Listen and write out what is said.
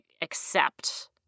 accept